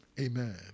Amen